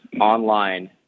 online